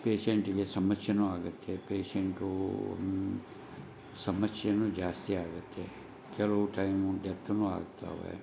ಪೇಷಂಟಿಗೆ ಸಮಸ್ಯೆನೂ ಆಗತ್ತೆ ಪೇಷಂಟೂ ಸಮಸ್ಯೆನೂ ಜಾಸ್ತಿ ಆಗುತ್ತೆ ಕೆಲವು ಟೈಮು ಡೆತ್ತುನು ಆಗ್ತಾವೆ